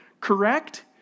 Correct